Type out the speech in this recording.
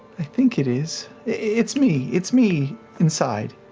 i think it is. it's me it's me inside,